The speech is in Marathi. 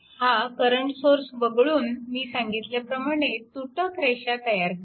हा करंट सोर्स वगळून मी सांगितल्याप्रमाणे तुटक रेषा तयार करा